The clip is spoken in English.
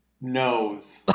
Nose